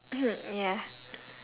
ya